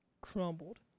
crumbled